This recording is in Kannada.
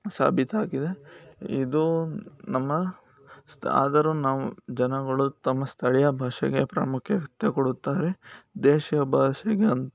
ಸಾಬೀತಾಗಿದೆ ಇದು ನಮ್ಮ ಸ್ ಆದರೂ ನಾವು ಜನಗಳು ತಮ್ಮ ಸ್ಥಳೀಯ ಭಾಷೆಗೆ ಪ್ರಾಮುಖ್ಯತೆ ಕೊಡುತ್ತಾರೆ ದೇಶೀಯ ಭಾಷೆಗೆ